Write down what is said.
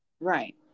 Right